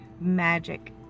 magic